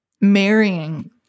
marrying